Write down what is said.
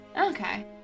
Okay